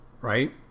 right